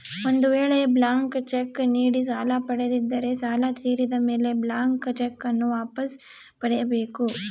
ಒಂದು ವೇಳೆ blank cheque ನೀಡಿ ಸಾಲ ಪಡೆದಿದ್ದರೆ ಸಾಲ ತೀರಿದ ಮೇಲೆ ಬ್ಲಾಂತ್ ಚೆಕ್ ನ್ನು ವಾಪಸ್ ಪಡೆಯ ಬೇಕು